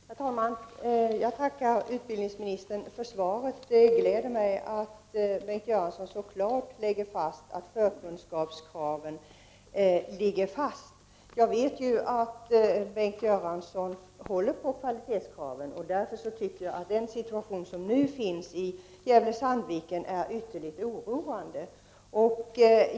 Herr talman! Jag tackar utbildningsministern för svaret. Det gläder mig att Bengt Göransson så klart fastslår att förkunskapskraven ligger fast. Jag vet att Bengt Göransson håller på kvalitetskraven, men den situation som nu föreligger i Gävle/Sandviken är ytterligt oroande.